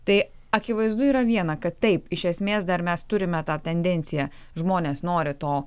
tai akivaizdu yra viena kad taip iš esmės dar mes turime tą tendenciją žmonės nori to